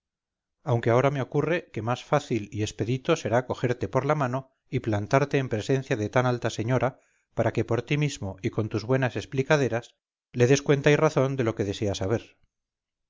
aunque ahora me ocurre que más fácil y expedito será cogerte por la mano y plantarte en presencia de tan alta señora para que por ti mismo y con tus buenas explicaderas le des cuenta y razón de lo que desea saber